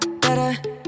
better